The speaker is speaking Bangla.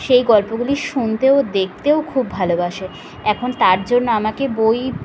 সেই গল্পগুলি শুনতে ও দেখতেও খুব ভালোবাসে এখন তার জন্য আমাকে বই